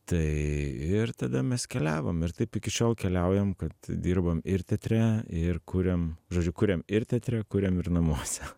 tai ir tada mes keliavom ir taip iki šiol keliaujam kad dirbam ir teatre ir kuriam žodžiu kuriam ir teatre kuriam ir namuose